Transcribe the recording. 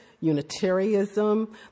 Unitarianism